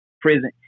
prison